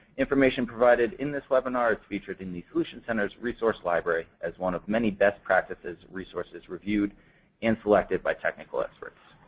information provided in this webinar is featured in the solutions center's resource library as one of many best practices resources reviewed and selected by technical experts.